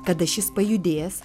kada šis pajudės